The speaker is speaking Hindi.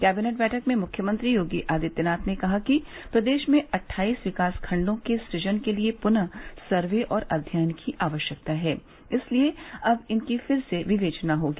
कैविनेट बैठक में मुख्यमंत्री योगी आदित्यनाथ ने कहा कि प्रदेश में अट्ठाइस विकास खंडों के सुजन के लिए पुनः सर्वे और अध्ययन की आवश्यकता है इसलिए अब इनकी फिर से विवेचना होगी